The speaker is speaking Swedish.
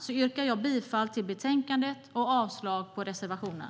Jag yrkar bifall till förslaget i betänkandet och avslag på reservationen.